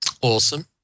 Awesome